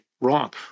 wrong